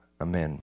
Amen